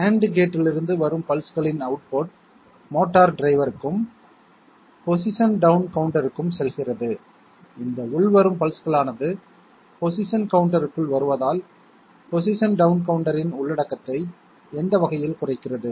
AND கேட்டிலிருந்து வரும் பல்ஸ்களின் அவுட்புட் மோட்டார் டிரைவருக்கும் பொசிஷன் டவுன் கவுண்டருக்கும் செல்கிறது இந்த உள்வரும் பல்ஸ்களானது பொசிஷன் கவுண்டருக்குள் வருவதால் பொசிஷன் டவுன் கவுண்டரின் உள்ளடக்கத்தை எந்த வகையில் குறைக்கிறது